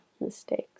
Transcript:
mistakes